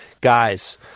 Guys